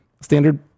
standard